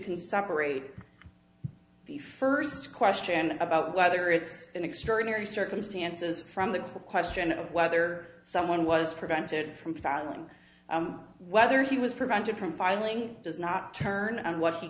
can separate the first question about whether it's in extraordinary circumstances from the question of whether someone was prevented from fallon whether he was prevented from filing does not turn on what he